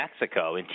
Mexico